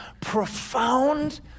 profound